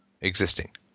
existing